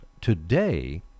today